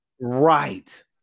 Right